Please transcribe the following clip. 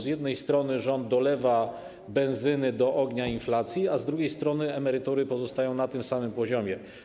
Z jednej strony rząd dolewa benzyny do ognia inflacji, a z drugiej strony emerytury pozostają na tym samym poziomie.